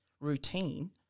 routine